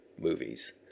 movies